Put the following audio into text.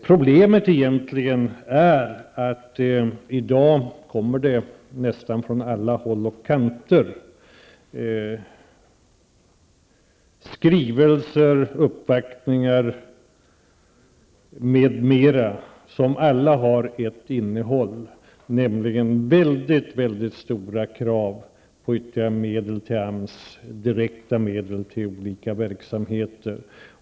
Problemet är egentligen att det i dag nästan från alla håll och kanter kommer skrivelser, uppvaktningar m.m. med ensartat innehåll, nämligen mycket stora krav på ytterligare direkta medel för AMS till olika verksamheter.